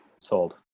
Sold